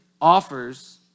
offers